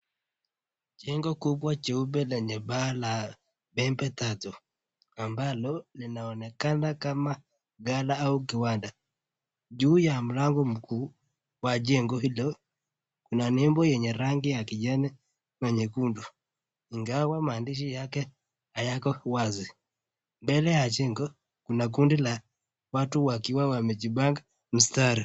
Jengo kubwa jeupe lenye paa la pembe tatu, ambalo linaonekana kama gala au kiwanda . Juu ya mlango mkuu, wa jengo hilo kuna nembo yenye rangi ya kijani na nyekundu ingawa maandishi yake hayako wazi. Mbele ya jengo kuna kundi ya watu wakiwa wamejipanga mstari.